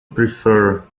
prefer